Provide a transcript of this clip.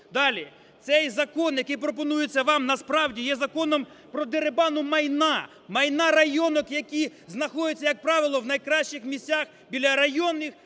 Далі. Цей закон, який пропонується вам, насправді є законом про дерибан майна, майна "районок", які знаходяться, як правило, в найкращих місцях біля районних,